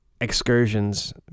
excursions